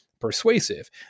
persuasive